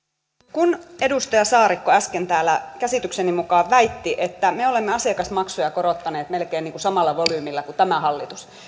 kun edustaja saarikko äsken täällä käsitykseni mukaan väitti että me olemme asiakasmaksuja korottaneet melkein samalla volyymilla kuin tämä hallitus